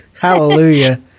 Hallelujah